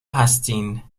هستین